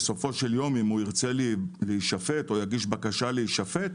בסופו של יום אם ירצה להישפט או יגיש בקשה להישפט,